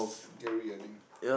scary I think